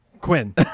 Quinn